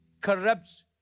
corrupts